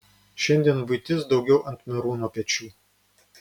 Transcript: šiandien buitis daugiau ant merūno pečių